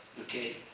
okay